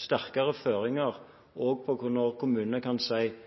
sterkere føringer på grunn av at kommunene kan